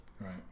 Right